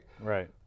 right